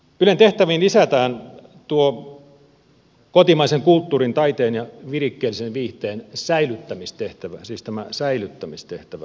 ylen tehtäviin lisätään tuo kotimaisen kulttuurin taiteen ja virikkeellisen viihteen säilyttämistehtävä siis tämä säilyttämistehtävä